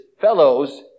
fellows